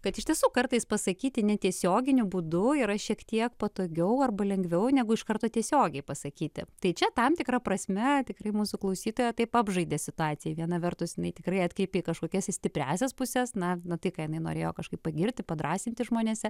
kad iš tiesų kartais pasakyti netiesioginiu būdu yra šiek tiek patogiau arba lengviau negu iš karto tiesiogiai pasakyti tai čia tam tikra prasme tikrai mūsų klausytoja taip apžaidė situaciją viena vertus jinai tikrai atkreipė į kažkokias stipriąsias puses na na tai ką jinai norėjo kažkaip pagirti padrąsinti žmonėse